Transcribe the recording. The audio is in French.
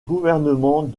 gouvernement